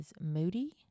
moody